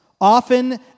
Often